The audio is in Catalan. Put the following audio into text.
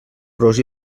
pros